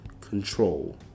control